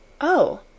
Oh